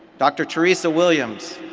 dr. teresa williams,